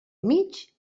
mig